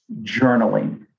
journaling